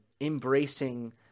embracing